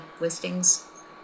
listings